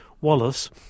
Wallace